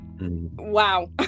wow